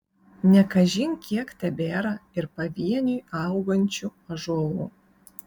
ne kažin kiek tebėra ir pavieniui augančių ąžuolų